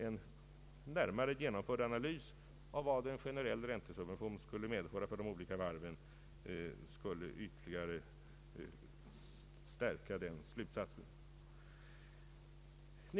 En närmare analys av vad en generell räntesubvention skulle medföra för de olika varven skulle ytterligare stärka den slutsatsen.